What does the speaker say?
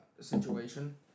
situation